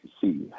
see